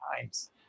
times